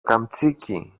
καμτσίκι